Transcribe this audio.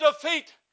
defeat